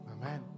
Amen